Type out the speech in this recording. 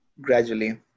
gradually